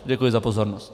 Děkuji za pozornost.